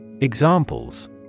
Examples